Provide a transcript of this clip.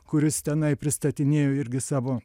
kuris tenai pristatinėjo irgi savo